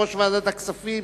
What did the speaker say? יושב-ראש ועדת הכספים,